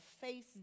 face